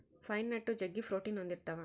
pine nut ಜಗ್ಗಿ protein ಹೊಂದಿರ್ತವ